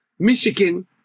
Michigan